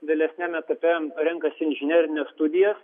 vėlesniam etape renkasi inžinerines studijas